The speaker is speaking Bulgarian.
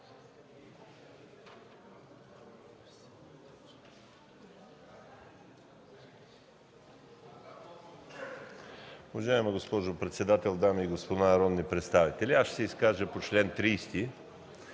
Уважаема госпожо председател, дами и господа народни представители! Аз ще се изкажа по чл. 30,